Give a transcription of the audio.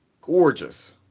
gorgeous